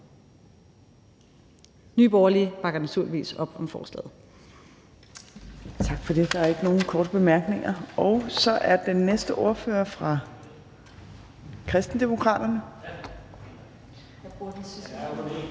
Nye Borgerlige bakker naturligvis op om forslaget.